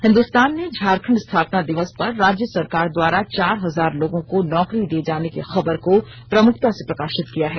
हिन्दुस्तान ने झारखंड स्थापना दिवस पर राज्य सरकार द्वारा चार हजार लोगों को नौकरी दिए जाने की खबर को प्रमुखता से प्रकाशित किया है